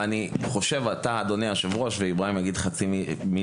ואני מבקש שאיברהים ישלים אותי תכף ויגיד חצי מילה.